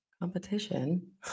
competition